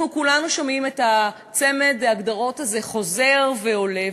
אנחנו כולנו שומעים את צמד ההגדרות הזה חוזר ועולה,